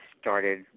started